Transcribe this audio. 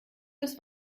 das